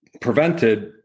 prevented